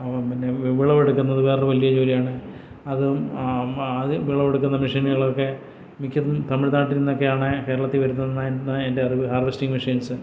പിന്നെ വിളവെടുക്കുന്നത് വേറൊരു വലിയ ജോലിയാണ് അതും അത് വിളവെടുക്കുന്ന മെഷീനുകളൊക്കെ മിക്കതും തമിഴ് നാട്ടിന്നൊക്കെയാണ് കേരളത്തിൽ വരുന് വരുന്നതെന്നാണ് എന്റെ അറിവ് ഹാര്വെസ്റ്റിങ് മെഷീൻസ്